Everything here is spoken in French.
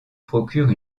procure